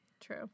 true